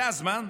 זה הזמן?